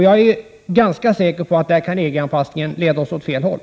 Jag är ganska säker på att EG-anpassningen där kan leda oss åt fel håll.